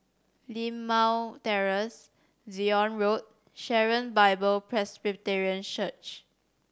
Limau Terrace Zion Road Sharon Bible Presbyterian Church